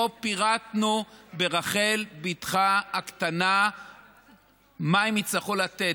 ופה פירטנו ברחל בתך הקטנה מה הם יצטרכו לתת,